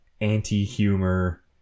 anti-humor